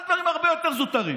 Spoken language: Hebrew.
על דברים הרבה יותר זוטרים.